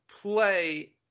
play